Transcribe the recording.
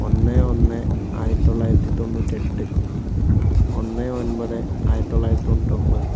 ഒന്ന് ഒന്ന് ആയിരത്തി തൊള്ളായിരത്തി തൊണ്ണൂറ്റെട്ട് ഒന്ന് ഒന്പത് ആയിരത്തി തൊള്ളായിരത്തി തൊണ്ണൂറ്റൊമ്പത്